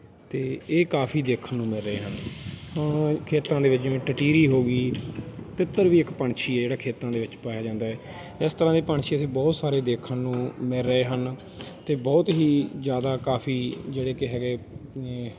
ਅਤੇ ਇਹ ਕਾਫੀ ਦੇਖਣ ਨੂੰ ਮਿਲ ਰਹੇ ਹਨ ਖੇਤਾਂ ਦੇ ਵਿੱਚ ਟਟੀਰੀ ਹੋ ਗਈ ਤਿੱਤਰ ਵੀ ਇੱਕ ਪੰਛੀ ਹੈ ਜਿਹੜਾ ਖੇਤਾਂ ਦੇ ਵਿੱਚ ਪਾਇਆ ਜਾਂਦਾ ਹੈ ਇਸ ਤਰ੍ਹਾਂ ਦੇ ਪੰਛੀ ਇੱਥੇ ਬਹੁਤ ਸਾਰੇ ਦੇਖਣ ਨੂੰ ਮਿਲ ਰਹੇ ਹਨ ਅਤੇ ਬਹੁਤ ਹੀ ਜ਼ਿਆਦਾ ਕਾਫੀ ਜਿਹੜੇ ਕਿ ਹੈਗੇ